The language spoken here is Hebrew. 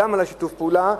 על שיתוף הפעולה.